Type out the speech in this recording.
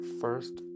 first